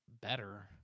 better